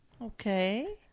Okay